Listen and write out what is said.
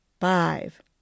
five